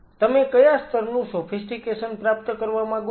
તમે કયા સ્તરનું સોફિસ્ટિકેશન પ્રાપ્ત કરવા માંગો છો